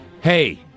Hey